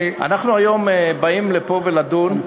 אנחנו היום באים לפה לדון,